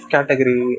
Category